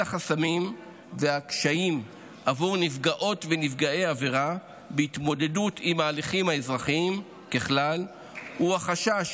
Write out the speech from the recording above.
אחד החסמים והקשיים בהתמודדות עם ההליכים האזרחיים ככלל הוא החשש